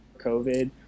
COVID